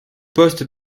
poste